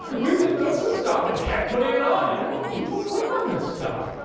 we just took some stuff and kept putting it on, and you know what? people click on this stuff.